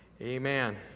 Amen